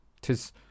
Tis